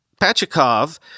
Pachikov